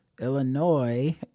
Illinois